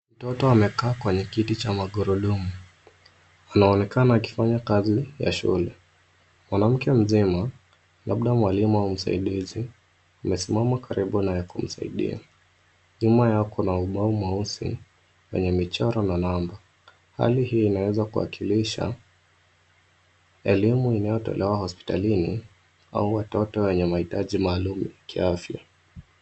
Mtoto amekaa kwenye kiti cha magurudumu, anaonekana akifanya kazi ya shule. Mwanamke mzima labda mwalimu au msaidizi amesimama karibu naye kumsaidia. Nyuma yao kuna ubao mweusi, wenye michoro na namba. Hali hii inaweza kuwakilisha, elimu inayotolewa hospitalini au watoto wenye mahitaji maalum ya kiafya.